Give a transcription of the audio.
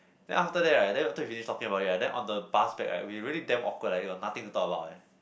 then after that right then after we finish talking about it right then on the bus back right we really damn awkward leh we got nothing to talk about eh